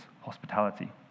hospitality